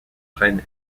reine